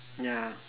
ya